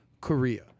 Korea